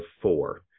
four